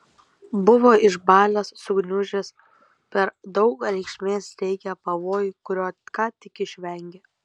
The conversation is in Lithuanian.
buvo išbalęs sugniužęs per daug reikšmės teikė pavojui kurio ką tik išvengė